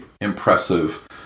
impressive